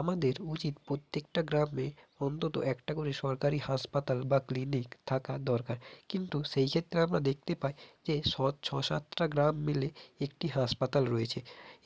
আমাদের উচিত প্রত্যেকটা গ্রামে অন্তত একটা করে সরকারি হাসপাতাল বা ক্লিনিক থাকা দরকার কিন্তু সেইক্ষেত্রে আমরা দেখতে পাই যে স ছ সাতটা গ্রাম মিলে একটি হাসপাতাল রয়েছে